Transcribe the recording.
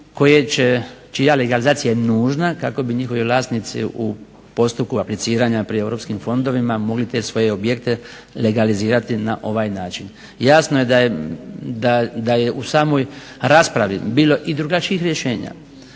zemljištu čija legalizacija je nužna kako bi njihovi vlasnici u postupku apliciranja pri europskim fondovima mogli te svoje objekte legalizirati na ovaj način. Jasno je da je u samoj raspravi bilo i drugačijih rješenja,